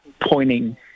pointing